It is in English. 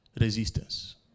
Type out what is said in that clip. resistance